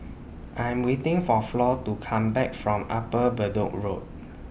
I Am waiting For Flor to Come Back from Upper Bedok Road